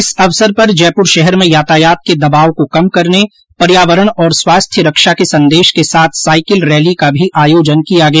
इस अवसर पर जयपुर शहर में यातायात के दबाव को कम करने पर्यावरण और स्वास्थ्य रक्षा के संदेश के साथ साईकिल रैली का भी आयोजन किया गया